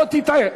שלא תטעה,